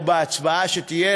או בהצבעה שתהיה,